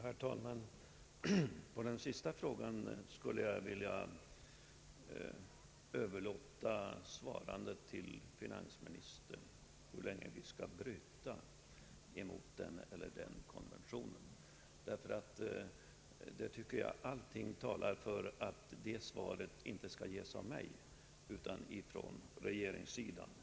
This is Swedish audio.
Herr talman! Svaret på den sista frågan skulle jag vilja överlåta till finansministern. Jag tycker att allting talar för att svaret på den frågan inte skall ges av mig utan från regeringens sida.